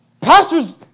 pastors